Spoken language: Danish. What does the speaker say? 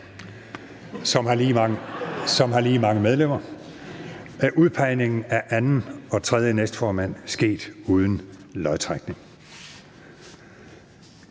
som har lige mange medlemmer, er udpegningen af anden og tredje næstformand sket uden lodtrækning.